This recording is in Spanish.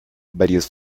varios